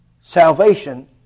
Salvation